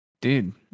Dude